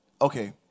Okay